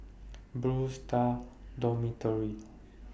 Blue Stars Dormitory